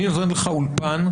אני נותנת לך אולפן,